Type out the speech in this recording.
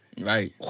Right